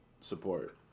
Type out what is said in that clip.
support